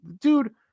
dude